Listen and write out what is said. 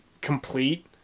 complete